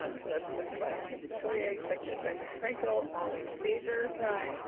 um so that's moved by ms. metoyer, seconded by ms. franco. all in favor? aye.